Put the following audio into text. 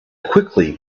quickly